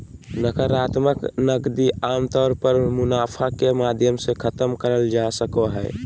नाकरात्मक नकदी आमतौर पर मुनाफा के माध्यम से खतम करल जा सको हय